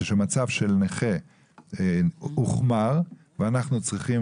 כאשר מצב של נכה הוחמר ואנחנו צריכים